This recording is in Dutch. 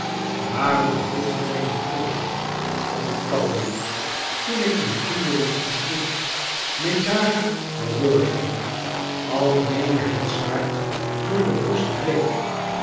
waarom hieldt je mij niet tegen o talmende toen ik mijn kinderen versloeg megara verworgde alkmene het zwaard door de borst dreef